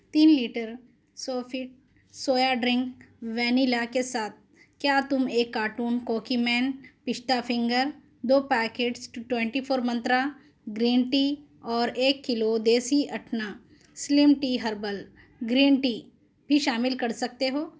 تین litre soft soya drink vanilla کے ساتھ کیا تم ایک carton cookie man pista finger دو packet twenty four Mantra green tea اور ایک کلو دیسی اٹھنہ slim tea herbal green tea بھی شامل کر سکتے ہو